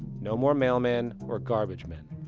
no more mailmen or garbage men.